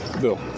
Bill